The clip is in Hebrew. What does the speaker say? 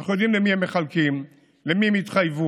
אנחנו יודעים למי הם מחלקים, למי הם התחייבו.